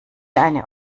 eine